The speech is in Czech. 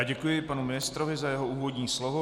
Děkuji panu ministrovi za jeho úvodní slovo.